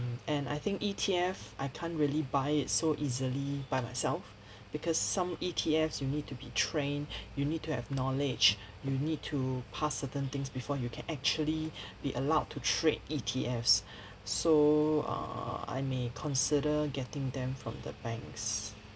and I think E_T_F I can't really buy it so easily by myself because some E_T_Fs you need to be train you need to have knowledge you need to pass certain things before you can actually be allowed to trade E_T_Fs so err I may consider getting them from the banks